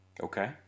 Okay